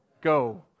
go